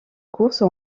course